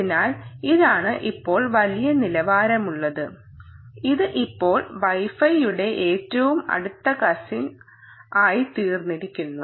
അതിനാൽ ഇതാണ് ഇപ്പോൾ വലിയ നിലവാരമുള്ളത് ഇത് ഇപ്പോൾ വൈ ഫൈയുടെ ഏറ്റവും അടുത്ത കസിൻ ആയിത്തീർന്നിരിക്കുന്നു